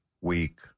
week